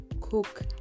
cook